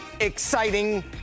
exciting